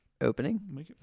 opening